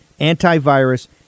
antivirus